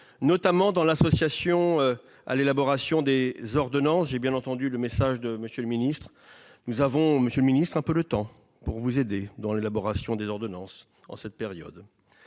notamment dans l'association à l'élaboration des ordonnances. J'ai bien entendu votre message, monsieur le ministre. Il se trouve que nous avons un peu de temps pour vous aider dans l'élaboration des ordonnances en cette période